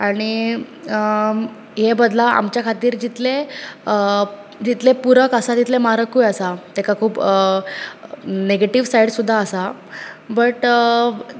आनी हे बदलाव आमच्या खातीर जितले जितले पुरक आसा तितले मारकुय आसा तेका खूब नेगेटीव सायड सुद्दां आसा बट